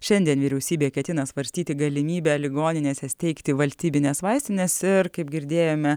šiandien vyriausybė ketina svarstyti galimybę ligoninėse steigti valstybines vaistines ir kaip girdėjome